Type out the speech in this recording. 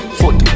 foot